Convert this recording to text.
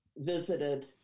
visited